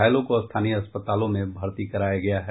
घायलों को स्थानीय अस्पतालों में भरती कराया गया है